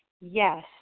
Yes